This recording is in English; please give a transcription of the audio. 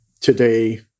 today